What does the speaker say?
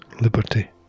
liberty